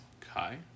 Kai